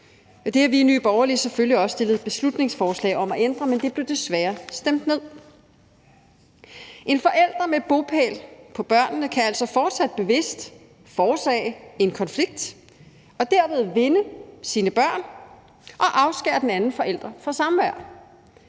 det har vi i Nye Borgerlige selvfølgelig også fremsat beslutningsforslag om at ændre, men det blev desværre stemt ned. En forælder med bopæl med børnene kan altså fortsat bevidst forårsage en konflikt og derved vinde sine børn og afskære den anden forælder fra samvær,